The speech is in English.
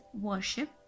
worship